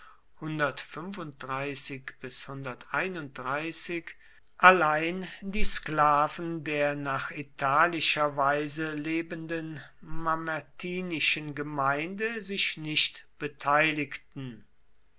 allein die sklaven der nach italischer weise lebenden mamertinischen gemeinde sich nicht beteiligten